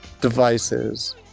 devices